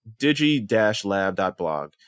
digi-lab.blog